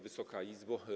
Wysoka Izbo!